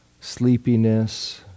sleepiness